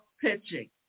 pitching